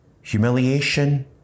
humiliation